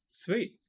Sweet